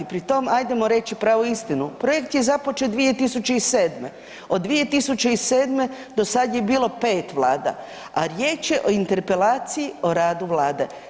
Pri tome ajdemo reći pravu istinu, projekt je započet 2007., od 2007. do sada je bila 5 vlada, a riječ je o interpelaciji o radu Vlade.